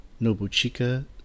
Nobuchika